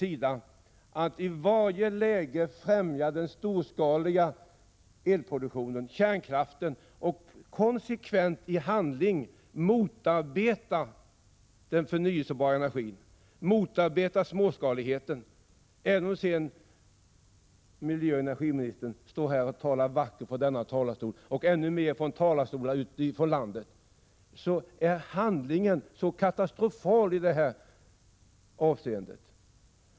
I varje läge främjar man den storskaliga elproduktionen, kärnkraften, och motarbetar den förnyelsebara energin, de småskaliga projekten. Även om miljöoch energiministern står i den här talarstolen, och ännu mer i talarstolar ute i landet, och talar vackert om detta är handlandet helt katastrofalt i detta avseende.